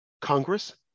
Congress